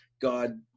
God